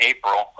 April